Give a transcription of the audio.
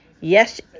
Yes